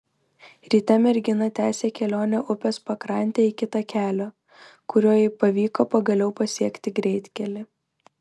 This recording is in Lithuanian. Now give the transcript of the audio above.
ryte mergina tęsė kelionę upės pakrante iki takelio kuriuo jai pavyko pagaliau pasiekti greitkelį